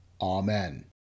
Amen